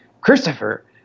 Christopher